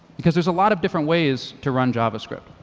because there's a lot of different ways to run javascript.